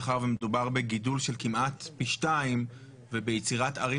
כי מדובר בהכפלה של האוכלוסייה וביצירת ערים